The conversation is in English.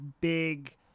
big